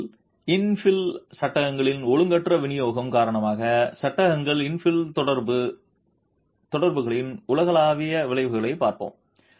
திட்டத்தில் இன்ஃபில் சட்டங்களில் ஒழுங்கற்ற விநியோகம் காரணமாக சட்டகங்கள் இன்ஃபில் தொடர்புகளின் உலகளாவிய விளைவுகளைப் பார்ப்போம்